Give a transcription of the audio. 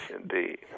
indeed